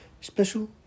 special